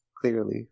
clearly